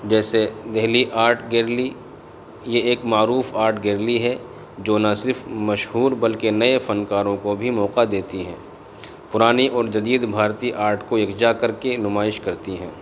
جیسے Delhi art gallery یہ ایک معروف آرٹ گیرلی ہے جو نہ صرف مشہور بلکہ نئے فنکاروں کو بھی موقع دیتی ہیں پرانی اور جدید بھارتی آرٹ کو یکجا کر کے یہ نمائش کرتی ہیں